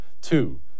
Two